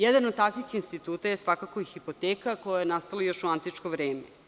Jedan od takvih instituta je svakako i hipoteka koja je nastala još u antičko vreme.